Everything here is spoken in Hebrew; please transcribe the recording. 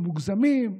מוגזם,